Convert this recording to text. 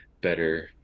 better